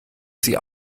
sie